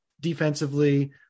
defensively